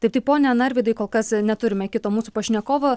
taip tai pone narvydai kol kas neturime kito mūsų pašnekovo